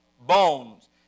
Bones